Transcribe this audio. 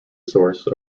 source